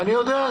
אני יודע.